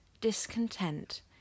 discontent